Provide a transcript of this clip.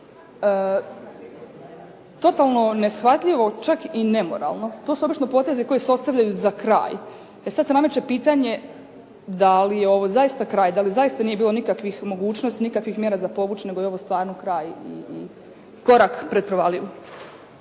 Totalno neshvatljivo čak i nemoralno, to su obično potezi koji se ostavljaju za kraj. E sad se nameće pitanje da li je ovo zaista kraj, da li zaista nije bilo nikakvih mogućnosti, nikakvih mjera za povući nego je ovo stvarno kraj i korak pred provaliju.